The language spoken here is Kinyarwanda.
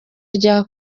rya